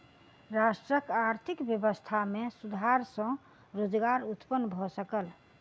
राष्ट्रक आर्थिक व्यवस्था में सुधार सॅ रोजगार उत्पन्न भ सकल